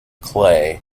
clay